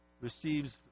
receives